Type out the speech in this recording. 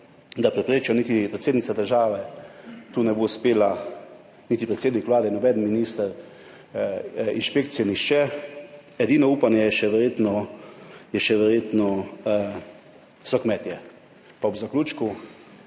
da preprečijo, niti predsednica države tu ne bo uspela, niti predsednik Vlade, noben minister, inšpekcije, nihče. Edino upanje verjetno so še kmetje. Pa ob zaključku.